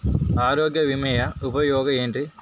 ಆರೋಗ್ಯ ವಿಮೆಯ ಉಪಯೋಗ ಏನ್ರೀ?